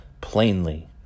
plainly